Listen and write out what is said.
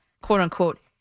quote-unquote